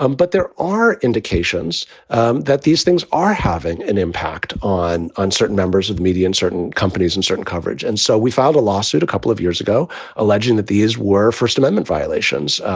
um but there are indications that these things are having an impact on uncertain members of media and certain companies and certain coverage. and so we filed a lawsuit a couple of years ago alleging that these were first amendment violations,